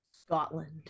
Scotland